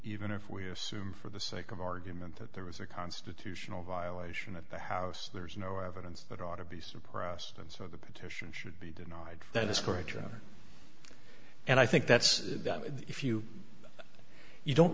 even if we assume for the sake of argument that there was a constitutional violation at the house there is no evidence that ought to be suppressed and so the petition should be denied that is correct rather and i think that's if you you don't